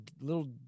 little